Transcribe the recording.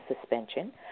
suspension